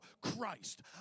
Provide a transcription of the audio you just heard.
Christ